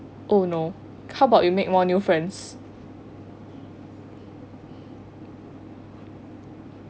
oh no how about you make one new friends